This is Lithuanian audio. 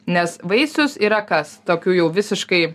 nes vaisius yra kas tokiu jau visiškai